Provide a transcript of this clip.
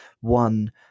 one